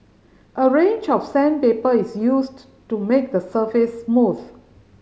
a range of sandpaper is used to make the surface smooth